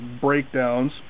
breakdowns